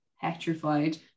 petrified